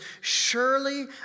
Surely